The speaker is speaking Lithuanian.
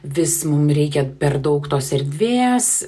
vis mums reikia per daug tos erdvės